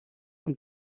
und